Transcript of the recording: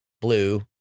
blue